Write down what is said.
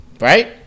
Right